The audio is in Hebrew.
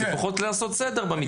לפחות לעשות סדר במתקן.